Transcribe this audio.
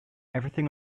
everything